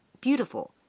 beautiful